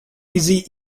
eazy